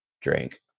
drink